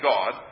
God